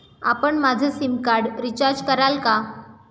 आपण माझं SIM card recharge कराल का?